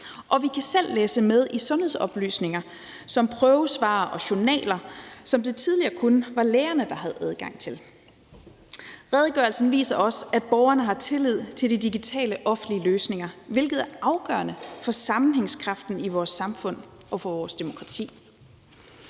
selv kan læse med i sundhedsoplysninger som prøvesvar og journal, som det tidligere kun var lægerne, der havde adgang til. Redegørelsen viser også, at borgerne har tillid de digitale offentlige løsninger, hvilket er afgørende for sammenhængskraften i vores samfund og for vores demokrati.